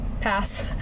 Pass